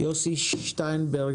יוסי שטיינברג,